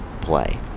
play